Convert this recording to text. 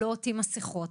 לא עוטים מסכות.